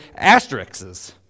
Asterixes